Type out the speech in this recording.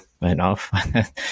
enough